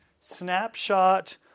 snapshot